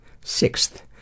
Sixth